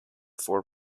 four